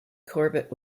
corbett